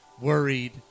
worried